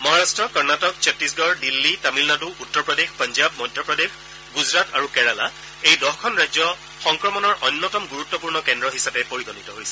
মহাৰট্ট কৰ্ণটক ছট্টশগড দিল্লী তামিলনাডু উত্তৰ প্ৰদেশ পাঞ্জাৱ মধ্য প্ৰদেশ গুজৰাট আৰু কেৰালা এই দহখন ৰাজ্য সংক্ৰমণৰ অন্যতম গুৰুত্বপূৰ্ণ কেন্দ্ৰ হিচাপে পৰিগণিত হৈছে